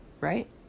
right